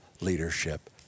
leadership